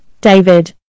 david